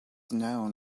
known